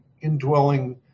indwelling